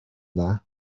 dda